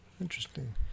Interesting